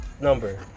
number